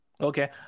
Okay